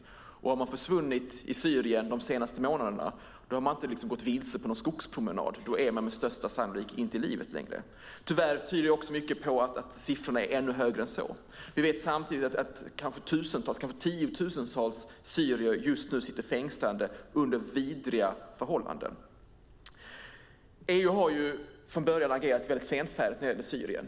Har man försvunnit i Syrien de senaste månaderna har man inte gått vilse på en skogspromenad. Då är man med största sannolikhet inte i livet längre. Tyvärr tyder också mycket på att siffrorna är ännu högre än så. Vi vet samtidigt att tusentals, kanske tiotusentals, syrier just nu sitter fängslade under vidriga förhållanden. EU har agerat väldigt senfärdigt när det gäller Syrien.